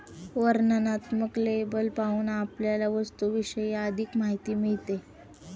वर्णनात्मक लेबल पाहून आपल्याला वस्तूविषयी अधिक माहिती मिळेल